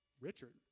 Richard